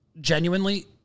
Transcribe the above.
genuinely